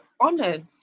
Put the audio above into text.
honored